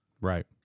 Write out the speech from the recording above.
Right